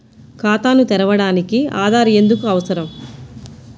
ఖాతాను తెరవడానికి ఆధార్ ఎందుకు అవసరం?